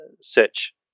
search